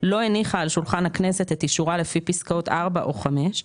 לא הניחה על שולחן הכנסת את אישורה לפי פסקאות (4) או (5),